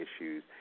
issues